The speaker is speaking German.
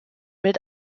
mit